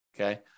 okay